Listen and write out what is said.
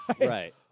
Right